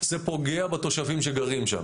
זה פוגע בתושבים שגרים שם.